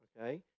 okay